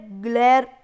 glare